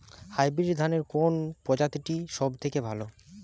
Hybrid ধানের কোন প্রজীতিটি সবথেকে ভালো?